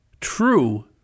true